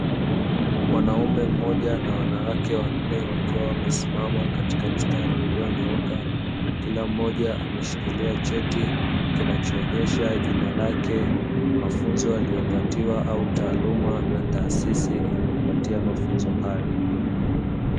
Mwanaume mmoja na wanawake wanne wakiwa wamesimama katika mstari ulionyooka, kila mmoja ameshikilia cheti kinachoonyesha jina lake, mafunzo aliyopatiwa au taaluma na taasisi iliyompatia mafunzo hayo.